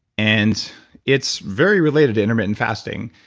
and it's very related to intermittent fasting,